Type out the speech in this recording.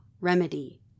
remedy